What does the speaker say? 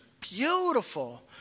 beautiful